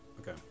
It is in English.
Okay